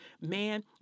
Man